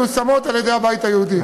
מיושמות על-ידי הבית היהודי.